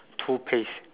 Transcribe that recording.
toothpaste